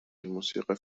الموسيقى